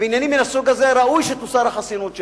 ובעניינים מהסוג הזה ראוי שתוסר החסינות שלהם.